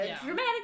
dramatic